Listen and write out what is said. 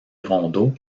rondeau